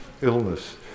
illness